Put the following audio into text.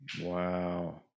Wow